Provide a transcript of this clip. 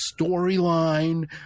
storyline